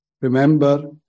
remember